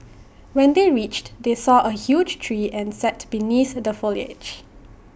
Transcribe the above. when they reached they saw A huge tree and sat beneath the foliage